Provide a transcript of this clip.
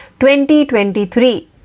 2023